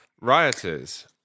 rioters